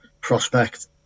prospect